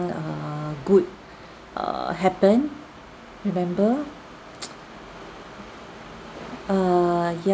err good err happen remember err ya